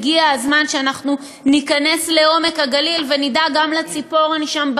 הגיע הזמן שאנחנו ניכנס לעומק הגליל ונדאג גם בציפורן שם,